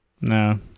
no